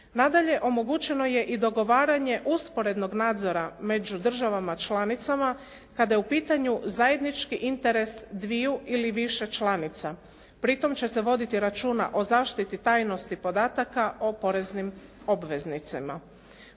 Nadalje, omogućeno je i dogovaranje usporednog nadzora među državama članicama kada je u pitanju zajednički interes dviju ili više članica. Pritom će se voditi računa o zaštiti tajnosti podataka o poreznim obveznicima.